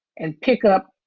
and pick up